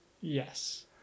yes